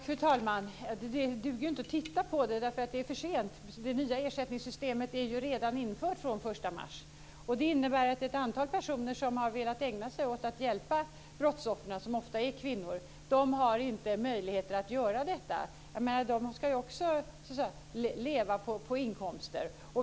Fru talman! Det duger inte att titta på det, för det är för sent. Det nya ersättningssystemet är redan infört den 1 mars. Det innebär att ett antal personer som har velat ägna sig åt att hjälpa brottsoffren, som ofta är kvinnor, inte har möjlighet att göra detta. De ska också leva på inkomsten.